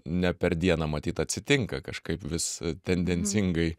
ne per dieną matyt atsitinka kažkaip vis tendencingai